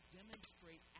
demonstrate